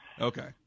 Okay